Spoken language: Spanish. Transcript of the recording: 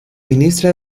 ministra